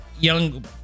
young